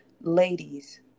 ladies